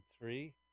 three